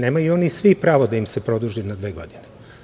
Nemaju oni svi pravo da im se produži na dve godine.